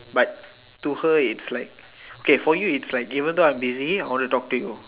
but to her it's like okay for you it's like even though I'm busy I want to talk to you